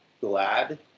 glad